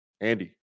Andy